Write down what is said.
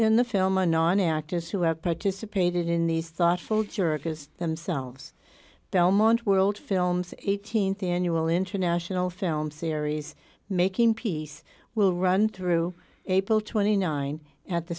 in the film are non actors who have participated in these thoughtful jerkers themselves belmont world films th annual international film series making peace will run through april twenty nine at the